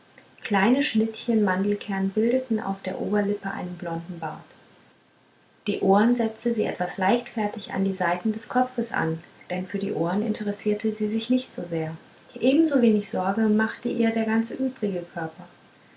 keine schnittchen mandelkern bildeten auf der operlippe einen blonden bart die ohren setzte sie etwas leichtfertig an die seiten des kopfes an denn für die ohren interessierte sie sich nicht sehr ebensowenig sorge machte ihr der ganze übrige körper